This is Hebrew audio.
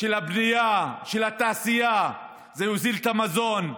של הבנייה, של התעשייה, זה יוזיל את המזון,